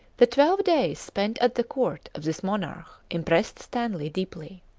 the twelve days spent at the court of this monarch impressed stanley deeply.